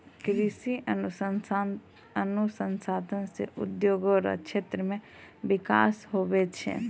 कृषि अनुसंधान से उद्योग रो क्षेत्र मे बिकास हुवै छै